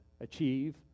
achieve